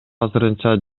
азырынча